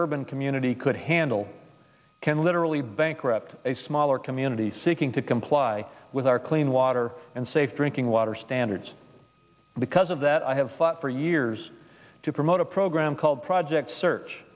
urban community could handle can literally bankrupt a smaller community seeking to comply with our clean water and safe drinking water standards because of that i have fought for years to promote a program called project search